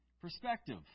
Perspective